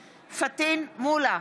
מולא,